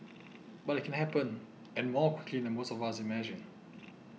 but it can happen and more quickly than most of us imagine